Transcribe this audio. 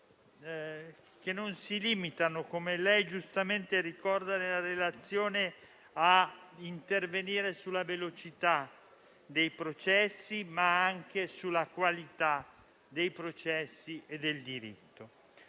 e non si limitano - come lei giustamente ha ricordato nella relazione - a intervenire sulla velocità dei processi, agendo anche sulla qualità dei processi e del diritto.